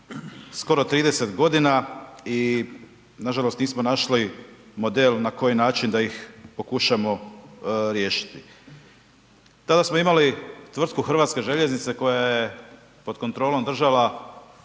skoro 30 godina i nažalost nismo našli model na koji način da ih pokušamo riješiti. Tada smo imali tvrtku HŽ koja je pod kontrolom država